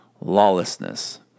lawlessness